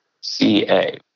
CA